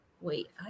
Wait